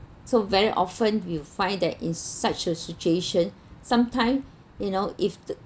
so very often you find that in such a situation some time you know if the